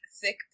thick